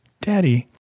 Daddy